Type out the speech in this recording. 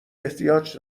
احتیاج